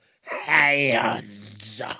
hands